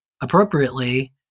Appropriately